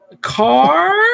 Car